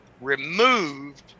removed